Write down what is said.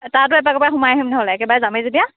তাতো এপাক এপাক সোমাই আহিম নহ'লে একেবাৰে যামেই যেতিয়া